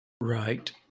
Right